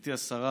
גברתי השרה,